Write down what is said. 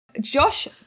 Josh